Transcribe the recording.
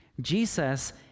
Jesus